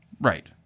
right